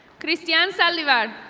christian salavar.